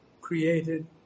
created